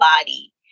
body